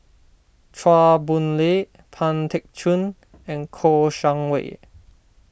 Chua Boon Lay Pang Teck Joon and Kouo Shang Wei